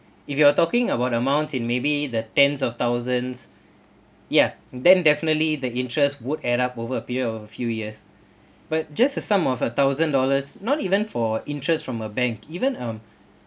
if you are talking about amounts in maybe the tens of thousands ya then definitely the interest would add up over a period of a few years but just a sum of a thousand dollars not even for interest from a bank even um